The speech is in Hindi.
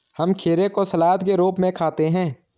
हम खीरे को सलाद के रूप में खाते हैं